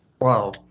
Wow